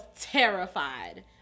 terrified